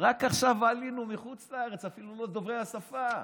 רק עכשיו עלינו מחוץ לארץ, אפילו לא דוברי השפה.